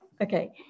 okay